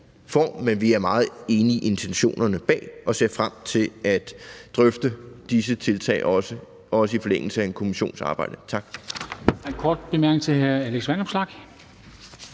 form, men vi er meget enige i intentionerne bag og ser frem til også at drøfte disse tiltag i forlængelse af en kommissions arbejde. Tak.